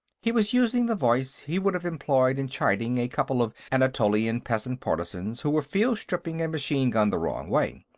he was using the voice he would have employed in chiding a couple of anatolian peasant partisans who were field-stripping a machine gun the wrong way.